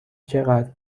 چقدر